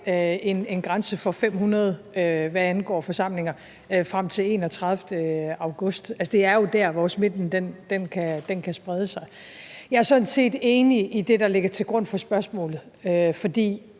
en grænse på 500 personer, hvad angår forsamlinger, frem til den 31. august – det er jo der, hvor smitten kan sprede sig. Jeg er sådan set enig i det, der ligger til grund for spørgsmålet, for